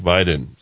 Biden